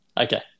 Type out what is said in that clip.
Okay